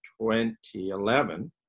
2011